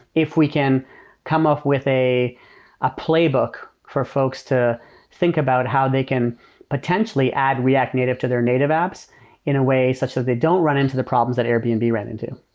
if we can come up with a a playbook for folks to think about how they can potentially add react native to their native apps in a way such that they don't run into the problems that airbnb and ran into.